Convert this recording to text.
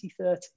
2030